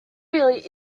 really